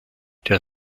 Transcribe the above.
der